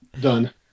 done